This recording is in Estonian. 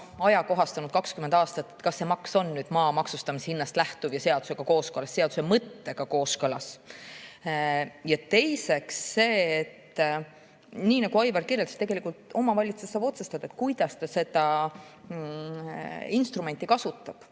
ajakohastanud 20 aastat, kas see maks ikka on nüüd maa maksustamise hinnast lähtuv ja seadusega kooskõlas – seaduse mõttega kooskõlas. Teiseks, nii nagu Aivar rääkis, tegelikult omavalitsus saab otsustada, kuidas ta seda instrumenti kasutab.